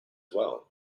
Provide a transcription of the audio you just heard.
well